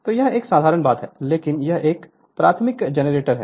तो यह एक साधारण बात है इसलिए यह एक प्राथमिक जनरेटर है